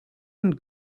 and